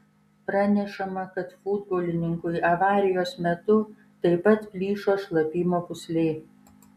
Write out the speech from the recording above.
pranešama kad futbolininkui avarijos metu taip pat plyšo šlapimo pūslė